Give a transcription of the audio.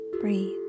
breathe